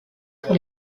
pour